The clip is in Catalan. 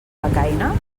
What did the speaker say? becaina